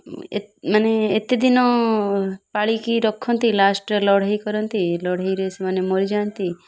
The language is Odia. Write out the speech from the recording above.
ଏମାନେ ଏତେଦିନ ପାଳିକି ରଖନ୍ତି ଲାଷ୍ଟ୍ରେ ଲଢ଼େଇ କରନ୍ତି ଲଢ଼େଇରେ ସେମାନେ ମରିଯାଆନ୍ତି